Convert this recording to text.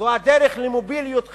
זו הדרך למוביליות חברתית.